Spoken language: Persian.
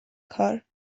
کار